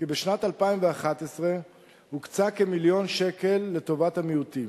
כי בשנת 2011 הוקצה כמיליון שקל לטובת המיעוטים.